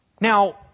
Now